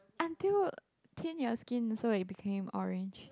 until thin your skin so it's becoming orange